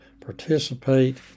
participate